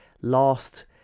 last